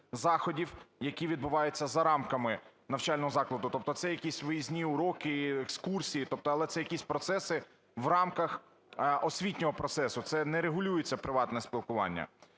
які відбуваються за рамками навчального закладу". Тобто це якісь виїзні уроки, екскурсії, тобто… але це якісь процеси в рамках освітнього процесу, це не регулюється приватне спілкування.